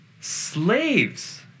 slaves